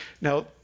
Now